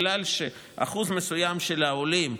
בגלל שאחוז מסוים של העולים,